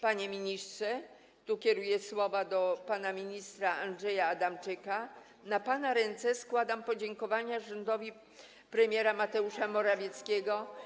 Panie ministrze - kieruję te słowa do pana ministra Andrzeja Adamczyka - na pana ręce składam podziękowania rządowi premiera Mateusza Morawieckiego.